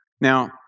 Now